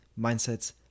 mindsets